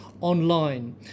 online